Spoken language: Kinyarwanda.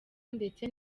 ndetse